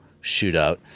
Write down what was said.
shootout